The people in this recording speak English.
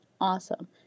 awesome